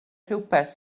rhywbeth